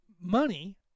money